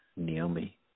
Naomi